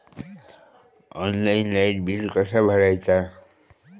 Online light bill कसा भरायचा?